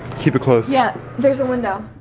keep it closed. yeah! there's the window.